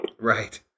Right